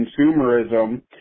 consumerism